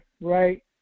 right